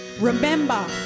Remember